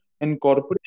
incorporation